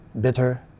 bitter